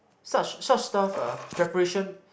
such such stuff ah preparation